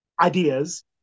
ideas